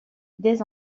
des